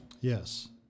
Yes